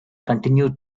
continued